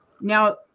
Now